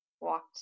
walked